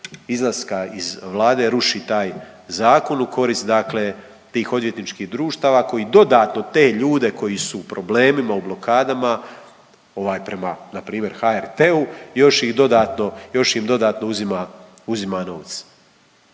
izlaska iz Vlade ruši taj zakon u korist dakle tih odvjetničkih društava koji dodatno te ljude koji su u problemima, u blokadama ovaj prema, npr. HRT-u, još ih dodatno, još